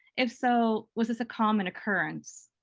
if so, was this a common occurrence?